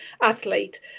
athlete